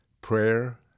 prayer